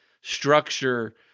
structure